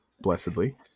blessedly